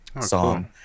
song